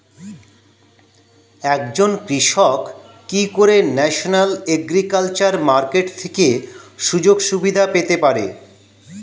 একজন কৃষক কি করে ন্যাশনাল এগ্রিকালচার মার্কেট থেকে সুযোগ সুবিধা পেতে পারে?